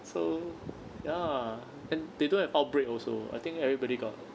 so ya and they don't have outbreak also I think everybody got